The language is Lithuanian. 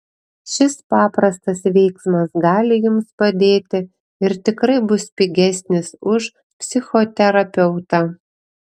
šis paprastas veiksmas gali jums padėti ir tikrai bus pigesnis už psichoterapeutą